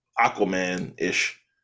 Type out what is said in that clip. Aquaman-ish